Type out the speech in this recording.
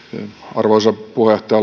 arvoisa puheenjohtaja